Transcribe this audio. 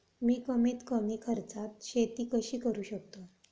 मी कमीत कमी खर्चात शेती कशी करू शकतो?